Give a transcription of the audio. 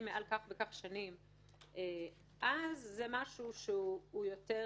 מעל כך וכך שנים אז זה משהו שהוא יותר